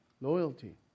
loyalty